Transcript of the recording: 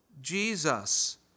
Jesus